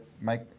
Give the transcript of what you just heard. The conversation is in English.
make